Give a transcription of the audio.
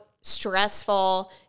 stressful